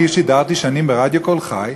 אני שידרתי שנים ברדיו "קול חי",